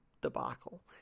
debacle